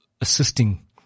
assisting